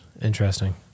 Interesting